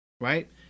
right